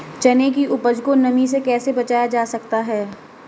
चने की उपज को नमी से कैसे बचाया जा सकता है?